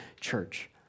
church